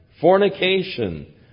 Fornication